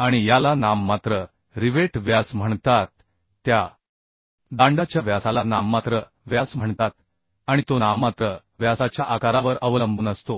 आणि याला नाममात्र रिवेट व्यास म्हणतात त्या शँकच्या व्यासाला नाममात्र व्यास म्हणतात आणि तो नाममात्र व्यासाच्या आकारावर अवलंबून असतो